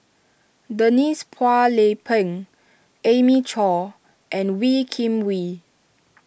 Denise Phua Lay Peng Amy Chore and Wee Kim Wee